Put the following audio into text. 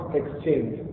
exchange